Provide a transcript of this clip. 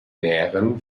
mähren